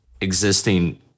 existing